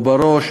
או בראש,